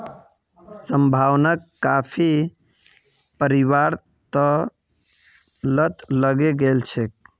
संभावनाक काफी पीबार लत लगे गेल छेक